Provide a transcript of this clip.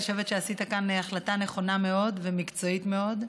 אני חושבת שעשית כאן החלטה נכונה מאוד ומקצועית מאוד,